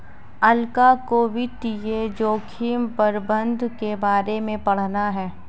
अलका को वित्तीय जोखिम प्रबंधन के बारे में पढ़ना है